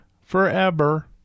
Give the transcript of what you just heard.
forever